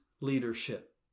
leadership